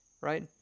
Right